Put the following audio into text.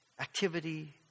activity